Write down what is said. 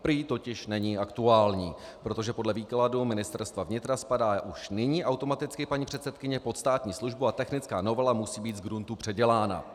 Prý totiž není aktuální, protože podle výkladu Ministerstva vnitra spadá už nyní automaticky paní předsedkyně pod státní službu a technická novela musí být zgruntu předělána.